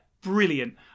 brilliant